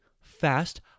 fast